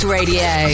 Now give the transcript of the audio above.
Radio